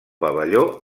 pavelló